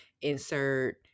insert